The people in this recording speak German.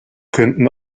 könnten